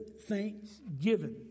thanksgiving